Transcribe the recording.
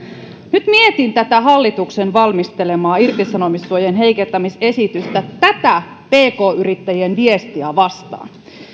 nyt mietin hallituksen valmistelemaa irtisanomissuojan heikentämisesitystä tätä pk yrittäjien viestiä vastaan